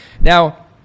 Now